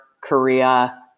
Korea